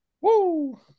Woo